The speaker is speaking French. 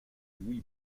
louis